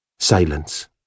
Silence